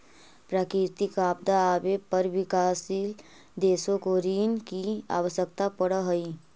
प्राकृतिक आपदा आवे पर विकासशील देशों को ऋण की आवश्यकता पड़अ हई